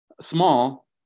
small